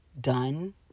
done